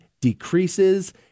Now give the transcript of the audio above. decreases